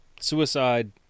suicide